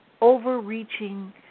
overreaching